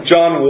John